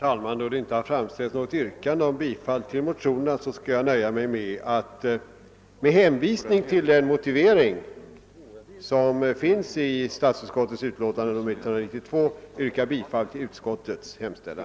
Herr talman! Med hänvisning till vad statsutskottet har skrivit i sitt utlåtande ber jag att få yrka bifall till utskottets hemställan.